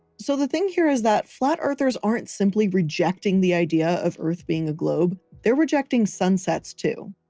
so the thing here is that flat-earthers aren't simply rejecting the idea of earth being a globe, they're rejecting sunsets too.